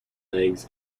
legs